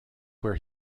where